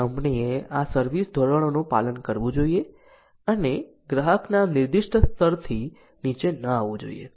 કંપનીએ આ સર્વિસ ધોરણોનું પાલન કરવું જોઈએ અને ગ્રાહકના નિર્દિષ્ટ સ્તરથી નીચે ન આવવું જોઈએ